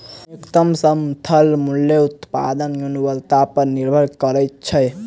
न्यूनतम समर्थन मूल्य उत्पादक गुणवत्ता पर निभर करैत छै